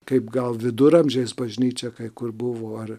kaip gal viduramžiais bažnyčia kai kur buvo ar